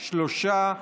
שלושה.